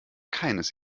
keines